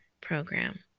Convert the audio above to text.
Program